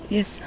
Yes